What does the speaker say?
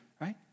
right